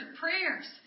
prayers